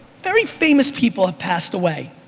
very famous people have passed away.